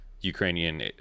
Ukrainian